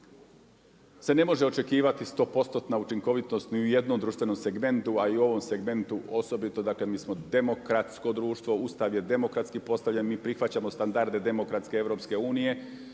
se ne može očekivati stopostotna učinkovitost ni u jednom društvenom segmentu, a i ovom segmentu osobito dakle, mi smo demokratsko društvo, Ustav je demokratski postavljen, mi prihvaćamo standarde demokratske EU-a, dakle